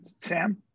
Sam